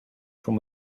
from